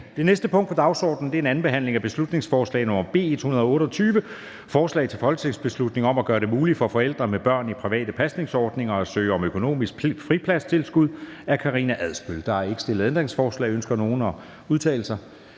Det næste punkt på dagsordenen er: 78) 2. (sidste) behandling af beslutningsforslag nr. B 128: Forslag til folketingsbeslutning om at gøre det muligt for forældre med børn i private pasningsordninger at søge om økonomisk fripladstilskud. Af Karina Adsbøl (DD) m.fl. (Fremsættelse 28.02.2024. 1.